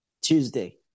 Tuesday